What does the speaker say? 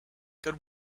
good